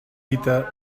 gita